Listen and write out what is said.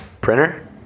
Printer